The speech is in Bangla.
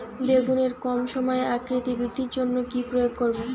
বেগুনের কম সময়ে আকৃতি বৃদ্ধির জন্য কি প্রয়োগ করব?